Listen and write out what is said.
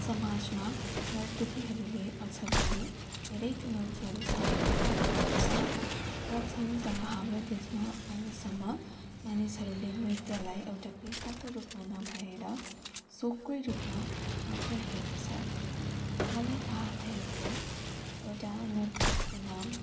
समाजमा नर्तकीहरूले अझ पनि धेरै चुनौतीहरू सामना गर्नु पर्दछ प्रथम त हाम्रो देशमा अहिलेसम्म मानिसहरूले नृत्यलाई एउटा पेसाको रूपमा नभएर सोखकै रूपमा मात्र हेर्दछ मलाई थाहा भएको एउटा नर्तकीको नाम